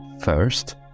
First